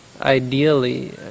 ideally